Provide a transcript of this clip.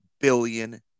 billion